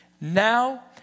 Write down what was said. now